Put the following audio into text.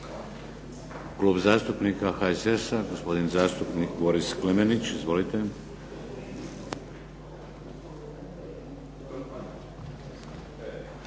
Klub zastupnika HSS-a gospodin zastupnik Boris Klemenić. Izvolite.